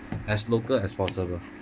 as local as possible